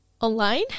online